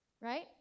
right